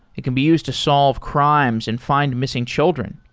it can be used to solve crimes and find missing children.